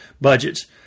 budgets